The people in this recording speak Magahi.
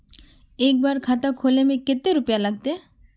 एक बार खाता खोले में कते रुपया लगते?